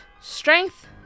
strength